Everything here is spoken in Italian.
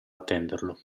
attenderlo